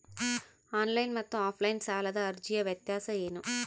Online ಮತ್ತು offline ಸಾಲದ ಅರ್ಜಿಯ ವ್ಯತ್ಯಾಸ ಏನು?